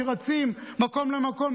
שרצים ממקום למקום,